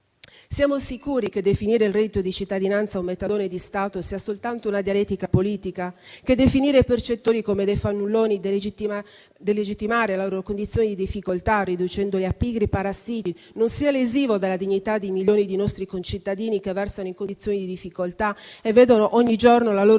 siamo sicuri che definire il reddito di cittadinanza un metadone di Stato sia soltanto una dialettica politica? E che definire i percettori come fannulloni e delegittimare la loro condizione di difficoltà, riducendoli a pigri parassiti, non sia lesivo della dignità di milioni di nostri concittadini che versano in condizioni di difficoltà e vedono ogni giorno la loro